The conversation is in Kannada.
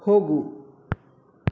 ಹೋಗು